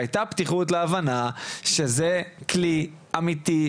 היתה פתיחות להבנה שזה כלי אמיתי,